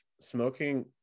smoking